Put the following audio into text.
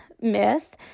myth